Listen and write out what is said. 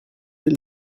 del